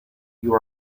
you